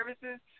services